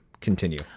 continue